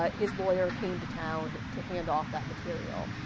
ah his lawyer came to town to handoff that material.